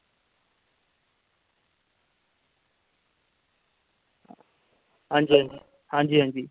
आं जी आं जी